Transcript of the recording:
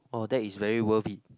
oh that is very worthy